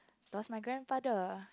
lost my grandfather